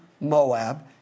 Moab